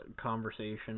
conversation